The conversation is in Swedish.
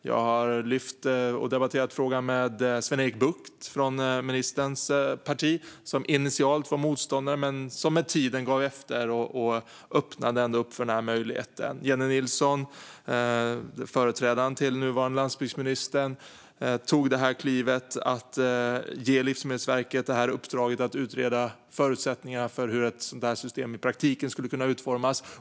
Jag har lyft och debatterat frågan med Sven-Erik Bucht från ministerns parti, som initialt var motståndare men med tiden gav efter och ändå öppnade för denna möjlighet. Jennie Nilsson, den nuvarande landsbygdsministerns företrädare, tog klivet att ge Livsmedelsverket uppdraget att utreda förutsättningarna för hur ett sådant system i praktiken skulle kunna utformas.